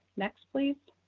next, please,